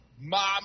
Mom